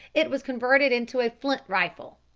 it was converted into a flint-rifle.